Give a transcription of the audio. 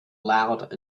loud